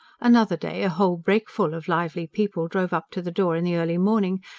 another day a whole brakeful of lively people drove up to the door in the early morning,